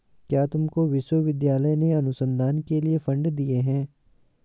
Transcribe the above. क्या तुमको विश्वविद्यालय ने अनुसंधान के लिए फंड दिए हैं?